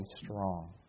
strong